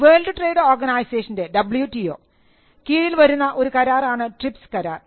world trade ഓർഗനൈസേഷൻറെ കീഴിൽ വരുന്ന ഒരു കരാറാണ് ട്രിപ്സ് കരാർ